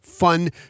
fun